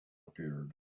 appeared